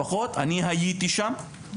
לפחות אני הייתי שם,